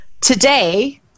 Today